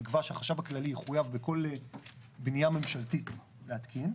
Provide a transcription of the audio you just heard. נקבע שהחשב הכללי יחייב בכל בנייה ממשלתית להתקין.